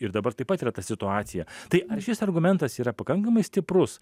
ir dabar taip pat yra ta situacija tai ar šis argumentas yra pakankamai stiprus